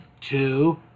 two